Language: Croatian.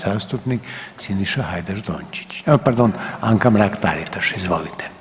zastupnik Siniša Hajdaš Dončić, o pardon, Anka Mrak Taritaš, izvolite.